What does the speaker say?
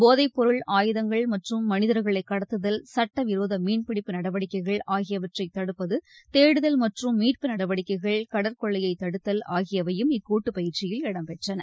போதைப்பொருள் ஆயுதங்கள் மற்றும் மனிதர்களை கடத்துதல் சட்ட விரோத மீன்பிடிப்பு நடவடிக்கைகள் ஆகியவற்றை தடுப்பது தேடுதல் மற்றும் மீட்பு நடவடிக்கைகள் கடற்கொள்ளையை தடுத்தல் ஆகியவையும் இக்கூட்டுப்பயிற்சியில் இடம்பெற்றன